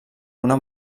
una